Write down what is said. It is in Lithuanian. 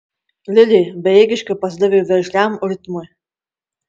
lilė bejėgiškai pasidavė veržliam ritmui